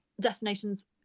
destinations